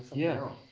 yeah.